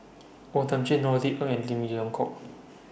O Thiam Chin Norothy Ng and Lim Leong Geok